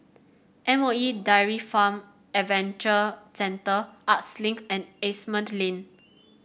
M O E Dairy Farm Adventure Centre Arts Link and Asimont Lane